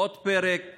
עוד פרק